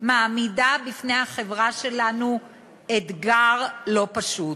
מעמידה בפני החברה שלנו אתגר לא פשוט.